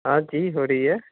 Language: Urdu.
ہاں جی ہو رہی ہے